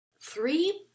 Three